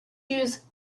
use